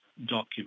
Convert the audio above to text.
document